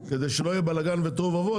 כדי שלא יהיה בלגן ותוהו ובוהו,